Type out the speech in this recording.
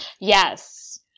Yes